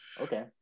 okay